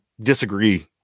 disagree